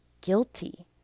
guilty